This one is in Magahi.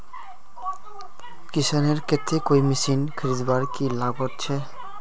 किसानेर केते कोई मशीन खरीदवार की लागत छे?